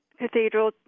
cathedral